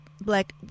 Black